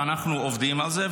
ואנחנו עובדים על זה.